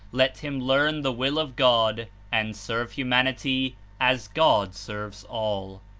let him learn the will of god and serve humanity as god serves all.